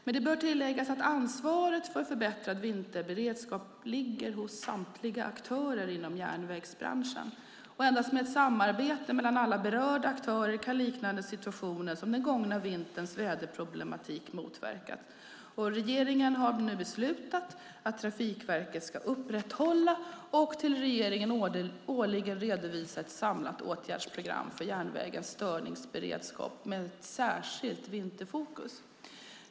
Men det bör tilläggas att ansvaret för förbättrad vinterberedskap ligger hos samtliga aktörer inom järnvägsbranschen. Endast med ett samarbete mellan alla berörda aktörer kan liknande situationer som den gångna vinterns väderproblematik motverkas. Regeringen har nu beslutat att Trafikverket ska upprätthålla och till regeringen årligen redovisa ett samlat åtgärdsprogram för järnvägens störningsberedskap, med särskilt vinterfokus.